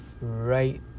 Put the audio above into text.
right